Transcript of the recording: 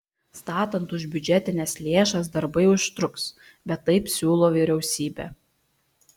statant už biudžetines lėšas darbai užtruks bet taip siūlo vyriausybė